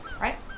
right